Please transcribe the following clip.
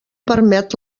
permet